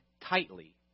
tightly